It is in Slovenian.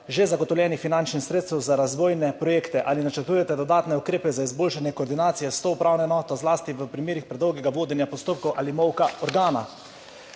že zagotovljenih finančnih sredstev za razvojne projekte? Ali načrtujete dodatne ukrepe za izboljšanje koordinacije s to upravno enoto, zlasti v primerih predolgega vodenja postopkov ali molka organa?